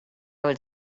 would